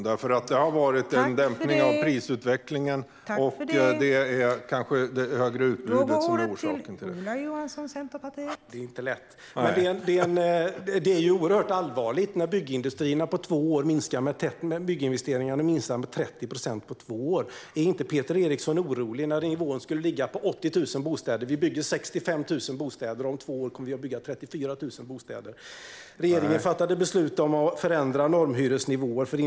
Det har nämligen varit en dämpning av prisutvecklingen, och det är kanske det större utbudet som är orsaken till det.